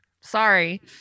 sorry